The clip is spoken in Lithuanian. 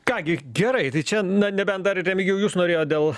ką gi gerai tai čia na nebent dar remigijau jūs norėjot dėl